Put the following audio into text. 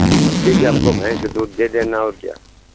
ठीक है हमको भैंस के दूध दे देना और क्या